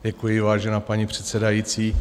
Děkuji, vážená paní předsedající.